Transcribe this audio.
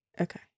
Okay